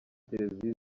televiziyo